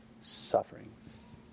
sufferings